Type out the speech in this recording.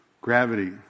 gravity